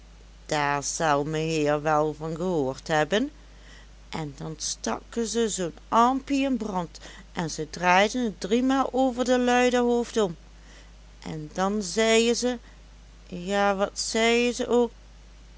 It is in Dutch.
daar zel meheer wel van gehoord hebben en dan stakken ze zoo'n armpie in brand en ze draaiden t driemaal over de lui der hoofd om en dan zeien ze ja wat zeien ze ook